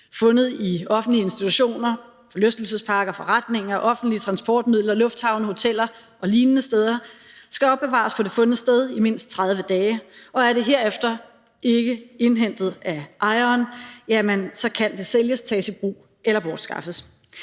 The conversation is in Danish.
fundet i offentlige institutioner, forlystelsesparker, forretninger, offentlige transportmidler, lufthavne, hoteller og lignende steder skal opbevares på det fundne sted i mindst 30 dage, og er det herefter ikke indhentet af ejeren, så kan det sælges, tages i brug eller bortskaffes.